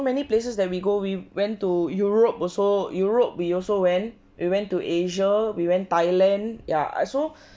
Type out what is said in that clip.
many places that we go we went to europe also europe we also went we went to asia we went thailand ya uh so